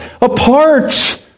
apart